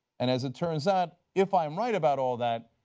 and as it turns out if i am right about all that,